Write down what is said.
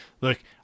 look